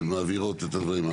הן מעבירות את הדברים?